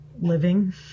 living